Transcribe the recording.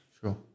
Sure